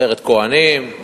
"עטרת כוהנים",